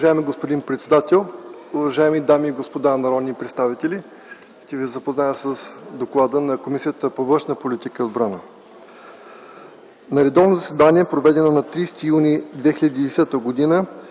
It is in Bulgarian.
Уважаеми господин председател, уважаеми дами и господа народни представители, ще ви запозная с Доклада на Комисията по външна политика и отбрана. „На редовно заседание, проведено на 30 юни 2010 г.,